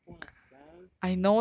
this is singapore lah [sial]